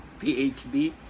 PhD